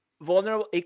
Vulnerable